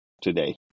today